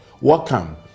welcome